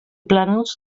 plànols